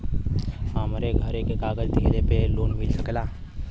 हमरे घरे के कागज दहिले पे लोन मिल सकेला?